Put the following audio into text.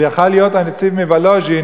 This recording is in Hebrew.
הוא יכול היה להיות הנצי"ב מוולוז'ין,